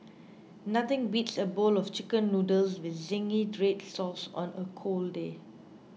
nothing beats a bowl of Chicken Noodles with Zingy Red Sauce on a cold day